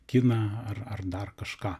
kiną ar ar dar kažką